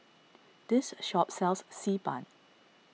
this shop sells Xi Ban